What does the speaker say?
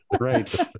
Right